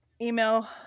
email